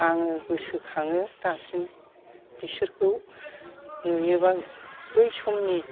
आङो गोसोखाङो दासिम बिसोरखौ नुयोबा बै समनि